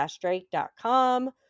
drake.com